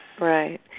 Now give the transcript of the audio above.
Right